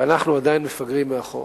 ואנחנו עדיין מפגרים מאחור.